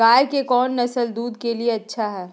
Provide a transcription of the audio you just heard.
गाय के कौन नसल दूध के लिए अच्छा है?